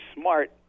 smart